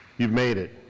you've made it.